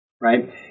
Right